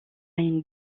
une